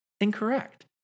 incorrect